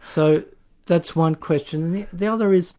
so that's one question. the other is